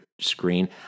screen